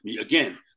Again